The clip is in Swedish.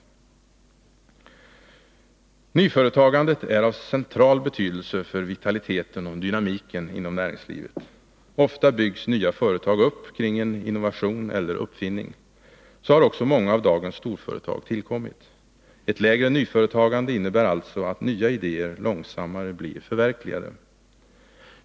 Nyföretagandet är av central betydelse för vitaliteten och dynamiken inom näringslivet. Ofta byggs nya företag upp kring en innovation eller uppfinning. Så har också många av dagens storföretag tillkommit. Ett lägre nyföretagande innebär alltså att nya idéer långsammare blir förverkligade.